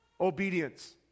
obedience